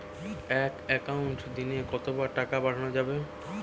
এক একাউন্টে দিনে কতবার টাকা পাঠানো যাবে?